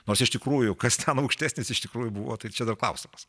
nors iš tikrųjų kas ten aukštesnis iš tikrųjų buvo tai čia dar klausimas